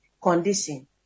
condition